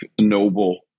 noble